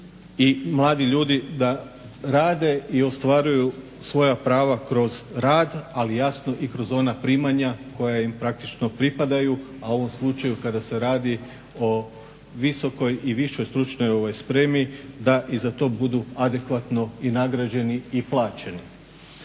i mladi ljudi da rade i ostvaruju svoja prava kroz rad, ali i kroz ona primanja koja im praktično pripadaju, a u ovom slučaju kada se radi o visokoj i višoj stručnoj spremi da i za to budu adekvatno i nagrađeni i plaćeni.